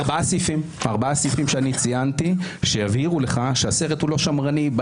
ארבעה סעיפים שאני ציינתי שיבהירו לך שהסרט הוא לא שמרני.